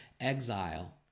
exile